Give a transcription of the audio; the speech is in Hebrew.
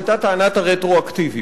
היתה טענת הרטרואקטיביות.